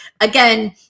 again